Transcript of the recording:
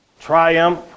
triumph